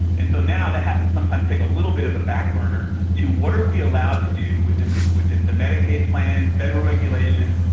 and so now that has to sometimes take a little bit of a back burner to what are we allowed to do within the within the medicaid plan, federal regulations,